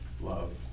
love